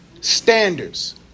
Standards